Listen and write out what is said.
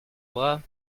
bras